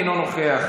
אינו נוכח,